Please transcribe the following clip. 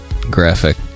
graphic